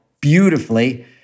beautifully